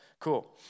cool